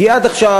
כי עד עכשיו,